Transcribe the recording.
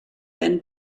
been